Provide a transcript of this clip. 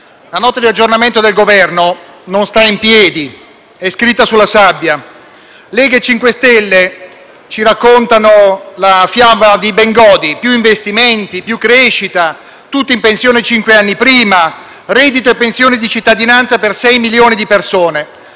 la Nota di aggiornamento del Governo non sta in piedi, è scritta sulla sabbia. La Lega e il MoVimento 5 Stelle ci raccontano la fiaba di Bengodi: più investimenti, più crescita, tutti in pensione cinque anni prima, reddito e pensione di cittadinanza per 6 milioni di persone.